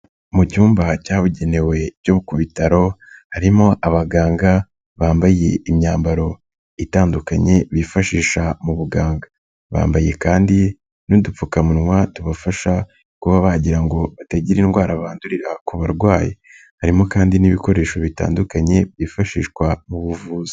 Mu cyumba cyabugenewe cyo ku bitaro, harimo abaganga bambaye imyambaro itandukanye bifashisha muganga. Bambaye kandi n'udupfukamunwa tubafasha kuba bagirango ngo ba batagira indwara bandurira ku barwayi harimo kandi n'ibikoresho bitandukanye byifashishwa mu buvuzi.